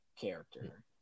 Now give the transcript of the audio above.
character